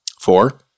Four